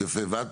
ואת